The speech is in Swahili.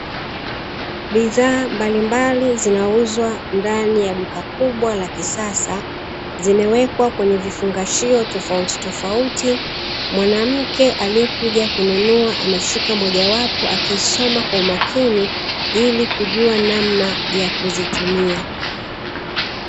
Bidhaa mbalimbali zinauzwa ndani ya duka kubwa la kisasa zimewekwa kwenye vifungashio tofautitofauti, mwanamke aliyekuja kununua ameshika mojawapo akiisoma kwa umakini ili kujua namna ya kuzitumia.